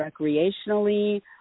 recreationally